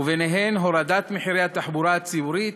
וביניהן הורדת מחירי התחבורה הציבורית,